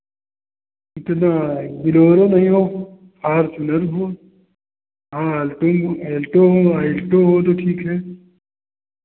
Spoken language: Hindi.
इतना बोलेरो नहीं हो फ़ॉर्चुनर हो आल्टी हो एल्टो हो अल्टो हो तो ठीक है